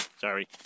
Sorry